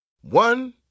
One